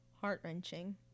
heart-wrenching